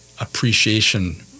appreciation